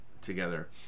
together